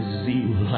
zeal